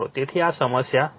તેથી આ સમસ્યા છે